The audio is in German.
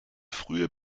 frühe